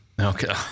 Okay